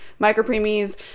micropremies